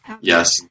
Yes